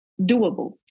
doable